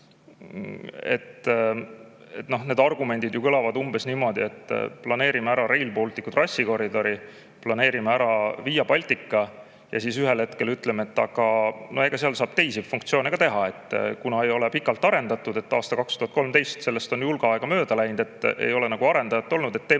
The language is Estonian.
Need argumendid kõlavad umbes niimoodi, et planeerime Rail Balticu trassikoridori, planeerime Via Balticat ja siis ühel hetkel ütleme, et aga seal saab teisi funktsioone ka olla ja kuna ei ole pikalt arendatud, aastast 2013 on ju hulga aega mööda läinud ja ei ole arendajat olnud, teeme